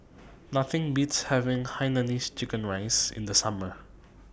Nothing Beats having Hainanese Chicken Rice in The Summer